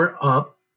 up